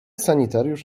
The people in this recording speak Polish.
sanitariusz